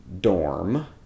dorm